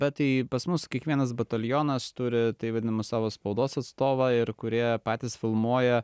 bet tai pas mus kiekvienas batalionas turi taip vadinamus savo spaudos atstovą ir kurie patys filmuoja